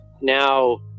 now